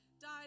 died